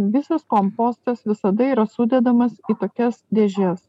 visas kompostas visada yra sudedamas į tokias dėžes